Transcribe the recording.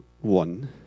one